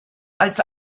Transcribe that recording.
als